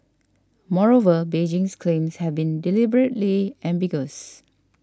moreover Beijing's claims have been deliberately ambiguous